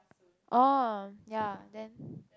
oh ya then